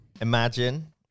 Imagine